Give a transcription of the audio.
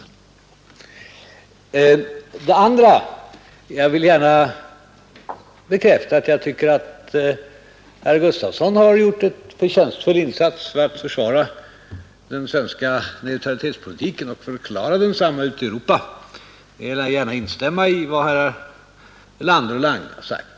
För det andra vill jag gärna bekräfta att herr Gustafson enligt min mening har gjort en förtjänstfull insats för att förklara och försvara den svenska neutralitetspolitiken ute i Europa. Där instämmer jag gärna i vad herr Erlander och herr Lange har sagt.